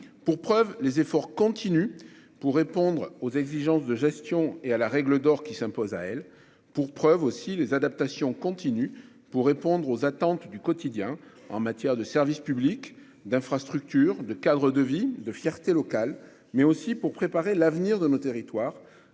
pour preuve les efforts continus pour répondre aux exigences de gestion, notamment à la règle d'or qui s'impose à elle. J'en veux également pour preuve les adaptations continues pour répondre aux attentes du quotidien en matière de services publics et d'infrastructures, de cadre de vie et de fierté locale, mais aussi pour préparer l'avenir de nos territoires